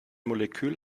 molekül